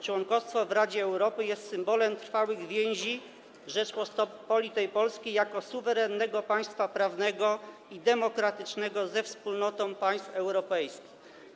Członkostwo w Radzie Europy jest symbolem trwałych więzi Rzeczypospolitej Polskiej jako suwerennego państwa prawnego i demokratycznego ze wspólnotą państw europejskich.